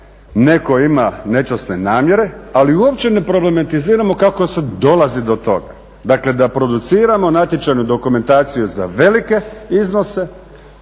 netko ima nečasne namjere ali uopće ne problematiziramo kako se dolazi do toga dakle da produciramo natječajnu dokumentaciju za velike iznose